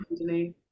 underneath